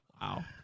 Wow